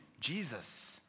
Jesus